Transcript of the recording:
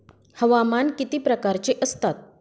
हवामान किती प्रकारचे असतात?